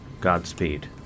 Godspeed